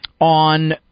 on